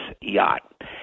yacht